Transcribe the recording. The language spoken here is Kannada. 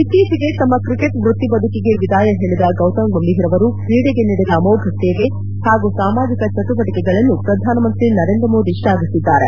ಇತ್ತೀಚೆಗೆ ತಮ್ಮ ಕ್ರಿಕೆಟ್ ವೃತ್ತಿ ಬದುಕಿಗೆ ವಿದಾಯ ಹೇಳಿದ ಗೌತಮ್ ಗಂಭೀರ್ ಅವರು ಕ್ರೀಡೆಗೆ ನೀಡಿದ ಅಮೋಘ ಸೇವೆ ಹಾಗು ಸಾಮಾಜಿಕ ಚಟುವಟಿಕೆಗಳನ್ನು ಪ್ರಧಾನಮಂತ್ರಿ ನರೇಂದ್ರಮೋದಿ ಶ್ಲಾಘಿಸಿದ್ದಾರೆ